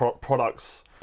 products